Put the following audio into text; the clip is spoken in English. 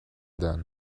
then